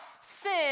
sin